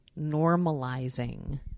normalizing